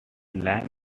lime